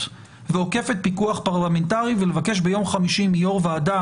ועוקפת פיקוח פרלמנטרי ולבקש ביום חמישי מיושבת-ראש הוועדה,